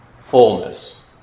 fullness